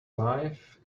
life